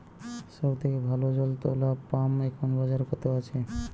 সব থেকে ভালো জল তোলা পাম্প এখন বাজারে কত আছে?